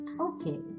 okay